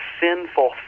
sinful